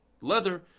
leather